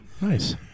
Nice